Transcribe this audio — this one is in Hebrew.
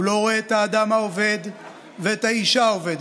הוא לא רואה את האדם העובד ואת האישה העובדת,